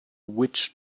witch